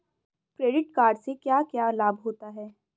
Credit card से क्या क्या लाभ होता है?